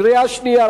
קריאה שנייה,